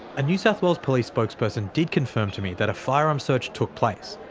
a new south wales police spokesperson did confirm to me that a firearms search took place,